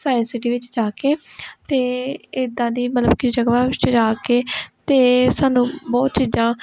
science city ਵਿੱਚ ਜਾ ਕੇ ਅਤੇ ਇੱਦਾਂ ਦੀ ਮਤਲਬ ਕਿ ਜਗਾ ਵਿੱਚ ਜਾ ਕੇ ਅਤੇ ਸਾਨੂੰ ਬਹੁਤ ਚੀਜ਼ਾਂ